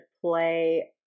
play